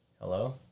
Hello